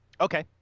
Okay